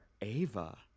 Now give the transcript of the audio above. Ava